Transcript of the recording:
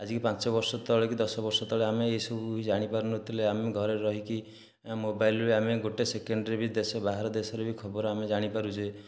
ଆଜିକି ପାଞ୍ଚବର୍ଷ ତଳେ କି ଦଶ ବର୍ଷ ତଳେ ଆମେ ଏ ସବୁ ବି ଜାଣିପାରୁନଥିଲେ ଆମେ ଘରେ ରହିକି ମୋବାଇଲରେ ଆମେ ଗୋଟିଏ ସେକେଣ୍ଡରେ ବି ଦେଶ ବାହାରେ ଦେଶରେ ବି ଖବର ଆମେ ଜାଣିପାରୁଛେ